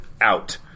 Out